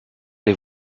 les